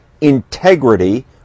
integrity